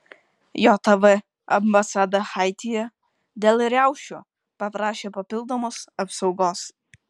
jav ambasada haityje dėl riaušių paprašė papildomos apsaugos